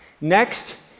Next